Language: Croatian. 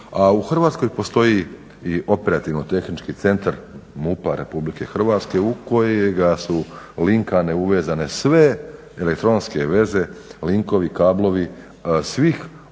a u Hrvatskoj postoji i operativno tehnički centar MUP-a RH u kojega su linkane, uvezane sve elektronske veze, linkovi, kablovi svih teleoperatera